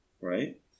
right